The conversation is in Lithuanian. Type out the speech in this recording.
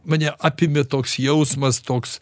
mane apėmė toks jausmas toks